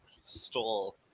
stole